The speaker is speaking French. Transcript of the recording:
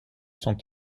sont